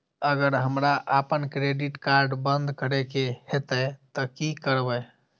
अगर हमरा आपन क्रेडिट कार्ड बंद करै के हेतै त की करबै?